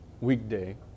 weekday